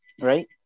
right